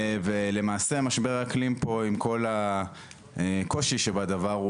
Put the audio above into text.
עם כל הקושי שבדבר,